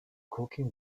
cooking